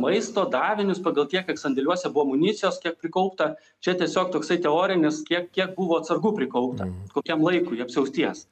maisto davinius pagal tiek kiek sandėliuose buvo amunicijos kiek prikaupta čia tiesiog toksai teorinis kiek kiek buvo atsargų prikaupta kokiam laikui apsiausties